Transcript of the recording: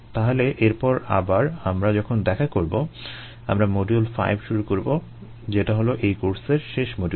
তাহলে এরপর আবার আমরা যখন দেখা করবো আমরা মডিউল 5 শুরু করবো যেটা হলো এই কোর্সের শেষ মডিউল